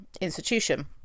institution